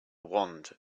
wand